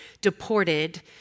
deported